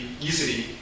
easily